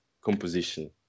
composition